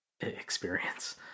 experience